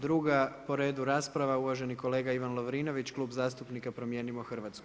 Druga po redu rasprava uvaženi kolega Ivan Lovrinović, Klub zastupnika Promijenimo Hrvatsku.